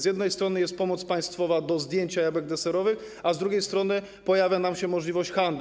Z jednej strony jest pomoc państwowa do zdjęcia jabłek deserowych, a z drugiej strony pojawia nam się możliwość handlu.